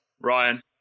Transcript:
Ryan